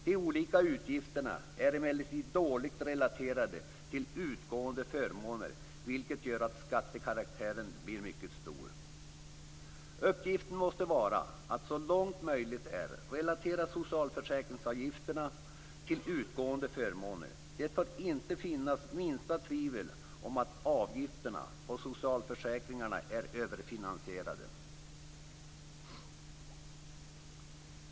De olika avgifterna är emellertid dåligt relaterade till utgående förmåner, vilket gör att skattekaraktären blir mycket stor. Uppgiften måste vara att så långt möjligt är relatera socialförsäkringsavgifterna till utgående förmåner. Det får inte finnas minsta tvivel om att avgifterna för socialförsäkringarna är överfinansierade.